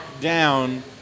down